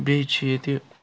بیٚیہِ چھِ ییٚتہِ